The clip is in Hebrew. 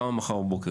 כמה מחר בבוקר,